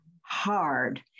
hard